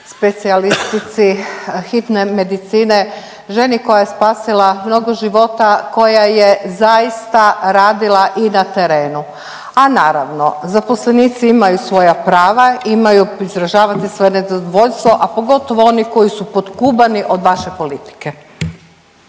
specijalistici hitne medicine, ženi koja je spasila mnogo života, koja je zaista radila i na terenu. A naravno zaposlenici imaju svoja prava, imaju izražavati svoje nezadovoljstvo, a pogotovo oni koji su potkubani od vaše politike.